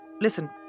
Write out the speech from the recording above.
listen